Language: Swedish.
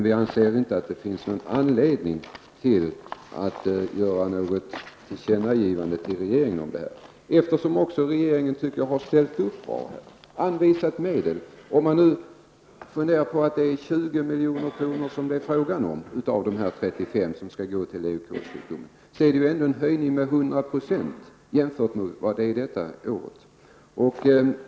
Vi anser dock inte att det finns anledning att göra något tillkännagivande till regeringen om detta. Regeringen har nämligen ställt upp bra och anvisat medel. 20 milj.kr. av de 35 miljonerna skall gå till bekämpande av sjukdomen leukos. Det är faktiskt en höjning med 100 % i förhållande till detta år.